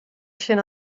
sin